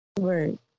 right